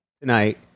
tonight